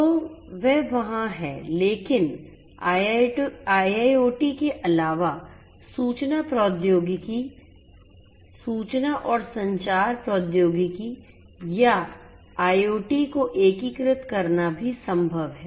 तो वह वहां है लेकिन IIoT के अलावा सूचना प्रौद्योगिकी सूचना और संचार प्रौद्योगिकी या IoT को एकीकृत करना भी संभव है